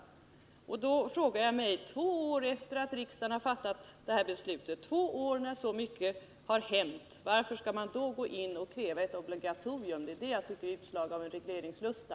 Jag frågar mig då: Varför skall man två år efter det att riksdagen fattade detta beslut — två år under vilka så mycket har hänt — gå in och kräva ett obligatorium? Det är detta jag tycker är utslag av regleringslusta.